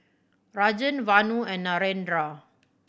Rajan Vanu and Narendra